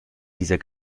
dieser